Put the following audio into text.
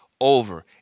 over